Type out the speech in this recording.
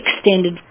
extended